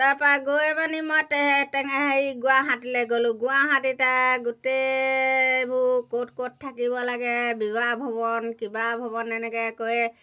তাৰপৰা গৈ পানি মই টে টেঙা হেৰি গুৱাহাটীলৈ গ'লোঁ গুৱাহাটীত আৰু গোটেইবোৰ ক'ত ক'ত থাকিব লাগে বিবাহ ভৱন কিবা ভৱন এনেকৈ কয়